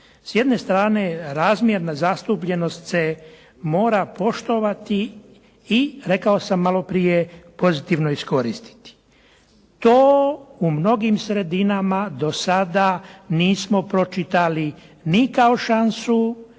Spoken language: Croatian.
S jedne strane razmjerna zastupljenost se mora poštovati i rekao sam malo prije, pozitivno iskoristiti. To u mnogim sredinama do sada nismo pročitali ni kao šansu,